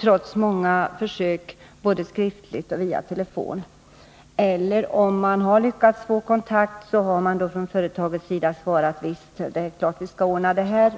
trots många försök både skriftligt och via telefon, eller också har företaget svarat: Visst, det skall vi ordna.